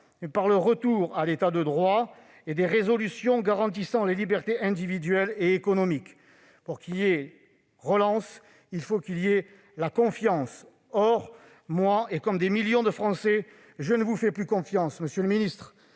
par le retour à l'état de droit et des résolutions garantissant les libertés individuelles et économiques. Pour qu'il y ait relance, il faut qu'il y ait de la confiance. Or, comme des millions de Français, je ne vous fais plus confiance, monsieur le ministre